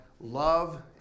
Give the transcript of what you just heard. love